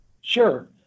Sure